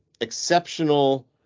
exceptional